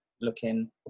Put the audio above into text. looking